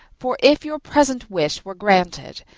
for, if your present wish were granted,